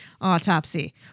autopsy